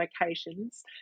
locations